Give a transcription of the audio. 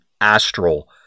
Astral